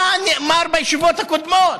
מה נאמר בישיבות הקודמות.